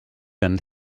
and